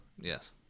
Yes